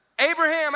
Abraham